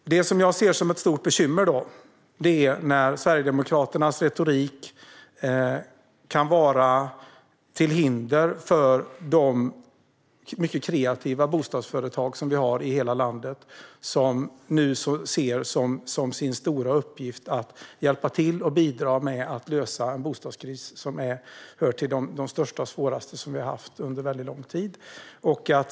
Det som jag ser som ett stort bekymmer är att Sverigedemokraternas retorik kan vara till hinder för de mycket kreativa bostadsföretag som vi har i hela landet och som nu ser som sin stora uppgift att hjälpa till och bidra till att lösa en bostadskris som hör till de största och svåraste som vi har haft under väldigt lång tid.